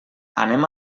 anem